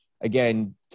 Again